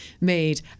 made